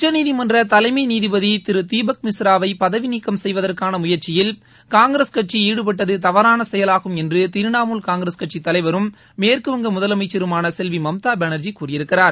உச்சநீதிமன்ற தலைமை நீதிபதி திரு தீபக் மிஸ்ராவை பதவி நீக்கம் செய்வதற்கான முயற்சியில் காங்கிரஸ் கட்சி ஈடுபட்டது தவறான செயலாகும் என்று திரிணமூல் காங்கிரஸ் கட்சித் தலைவரும் மேற்குவங்க முதலமைச்சருமான செல்வி மம்தா பானர்ஜி கூறியிருக்கிறார்